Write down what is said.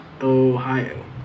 Ohio